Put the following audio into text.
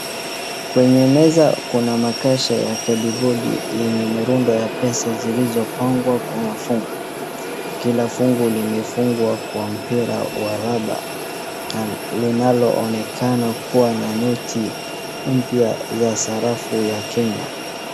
Kwenye meza kuna makasha ya kadibodi yenye mirundo ya pesa zilizopangwa kwa magungu, kila fungu limefungwa kwa mpira wa raba linaloonekana kuwa na noti mpya za sarafu ya Kenya.